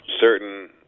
certain